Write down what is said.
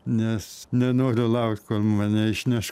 nes nenoriu laukt kol mane išneš